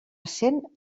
cent